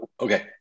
Okay